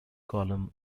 column